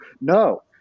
No